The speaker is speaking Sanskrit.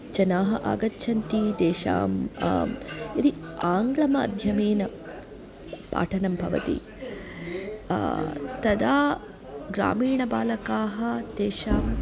जनाः आगच्छन्ति तेषां यदि आङ्ग्लमाध्यमेन पाठनं भवति तदा ग्रामीणबालकाः तेषाम्